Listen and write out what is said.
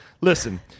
Listen